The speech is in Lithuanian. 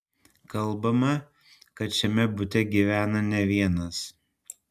kalbama kad šiame bute gyvena ne vienas